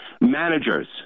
Managers